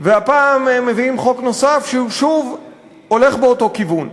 והפעם מביאים חוק נוסף שהולך שוב באותו כיוון.